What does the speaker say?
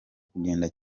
kugenda